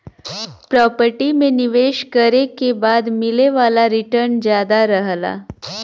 property में निवेश करे के बाद मिले वाला रीटर्न जादा रहला